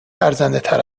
ارزندهتر